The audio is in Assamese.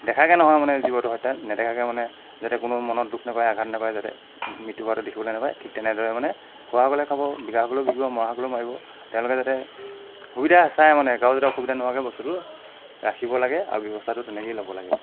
দেখাকৈ নহয় মানে জীৱটো হত্যা নেদেখাকৈ মানে যাতে কোনেও মনত দুখ নাপায় আঘাত নাপায় যাতে মৃত্যু হোৱাটো দেখিবলৈ নাপায় ঠিক তেনেদৰে মানে খোৱাসকলে খাব বিকাসকলেও বিকিব মৰাসকলেও মাৰিব তেওঁলোকে যাতে সুবিধা চাই মানে কাৰো যাতে অসুবিধা নোহোৱাকৈ বস্তুটো ৰাখিব লাগে আৰু ব্যৱস্থাটো তেনেকৈয়ে ল'ব লাগে